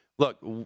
Look